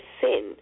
sin